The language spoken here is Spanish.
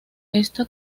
esta